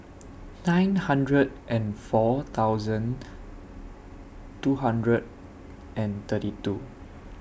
nine hundred and four thousand two hundred and thirty two